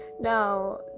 Now